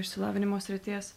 išsilavinimo srities